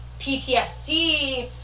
PTSD